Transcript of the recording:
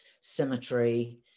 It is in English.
symmetry